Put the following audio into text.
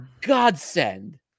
godsend